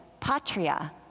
patria